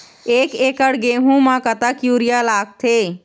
एक एकड़ गेहूं म कतक यूरिया लागथे?